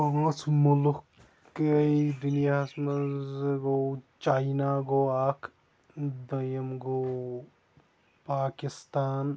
پانٛژھ مُلُک دُنیَہَس مَنٛز گوٚو چاینا گوٚو اکھ دٔیِم گوٚو پاکِستان